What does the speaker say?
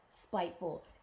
spiteful